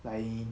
like in